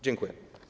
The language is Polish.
Dziękuję.